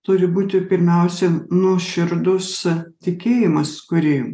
turi būti pirmiausia nuoširdus tikėjimas kurį